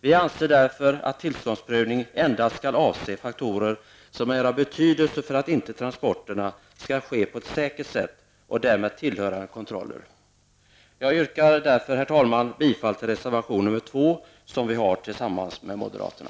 Vi anser därför att tillståndsprövning endast skall avse faktorer som är av betydelse för att transporterna skall ske på ett säkert sätt. Jag yrkar därför, herr talman, bifall till reservation nr 2, som vi har avgivit tillsammans med moderaterna.